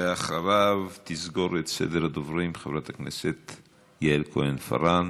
אחריו תסגור את סדר הדוברים חברת הכנסת יעל כהן-פארן,